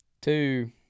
Two